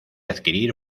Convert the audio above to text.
adquirir